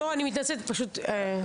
אני מתנצלת, פשוט אני מחליפה את מיקי.